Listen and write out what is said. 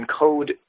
encode